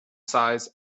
size